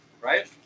Right